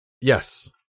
Yes